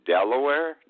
Delaware